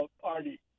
party